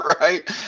Right